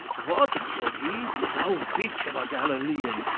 what! said he, thou bitch of a galilean,